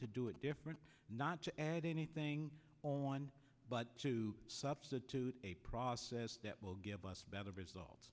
to do it different not to add anything on but to substitute a process that will give us better results